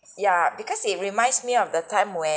ya because it reminds me of the time when